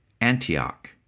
Antioch